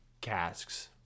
casks